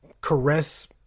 caress